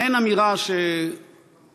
מעין אמירה של בושה,